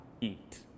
eat